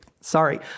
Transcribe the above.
sorry